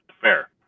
Fair